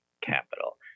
capital